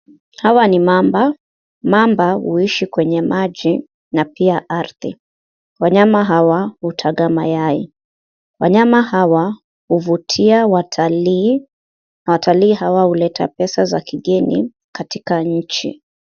Hawa ni namba. Mamba huishi kwenye maji na pia ardhi. Wanyama hawa hutaga mahali. Wanyama hawa huvutia watalii na watalii hawa huleta pesa za kigeni katika nchi.